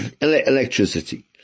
electricity